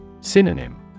Synonym